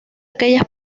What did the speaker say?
aquellas